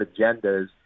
agendas